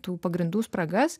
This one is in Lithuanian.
tų pagrindų spragas